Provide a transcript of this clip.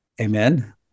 Amen